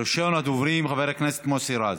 ראשון הדוברים, חבר הכנסת מוסי רז,